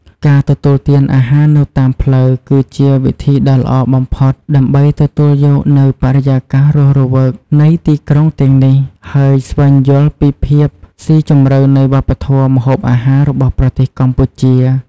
ការទទួលទានអាហារនៅតាមផ្លូវ គឺជាវិធីដ៏ល្អបំផុតដើម្បីទទួលយកនូវបរិយាកាសរស់រវើកនៃទីក្រុងទាំងនេះ ហើយស្វែងយល់ពីភាពស៊ីជម្រៅនៃវប្បធម៌ម្ហូបអាហាររបស់ប្រទេសកម្ពុជា។